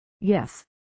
Yes